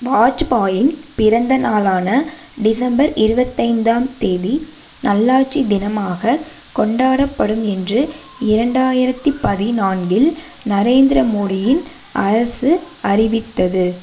வாஜ்பாயின் பிறந்த நாளான டிசம்பர் இருபத்தைந்தாம் தேதி நல்லாட்சி தினமாகக் கொண்டாடப்படும் என்று இரண்டாயிரத்தி பதினான்கில் நரேந்திர மோடியின் அரசு அறிவித்தது